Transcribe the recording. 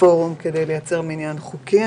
בפורום כדי לייצר מניין חוקי.